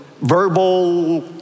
verbal